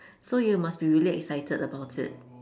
so you must be really excited about it